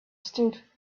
stood